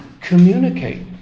communicate